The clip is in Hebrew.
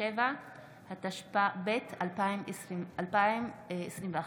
סומכים עלייך שהדבר הזה יקבל משנה תשומת לב במשרד.